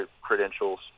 credentials